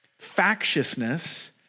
Factiousness